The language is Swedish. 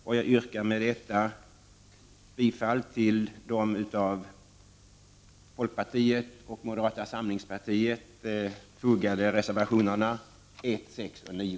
Jag yrkar med detta bifall till de av folkpartiet och moderata samlingspartiet till betänkandet fogade reservationerna 1, 6 och 9.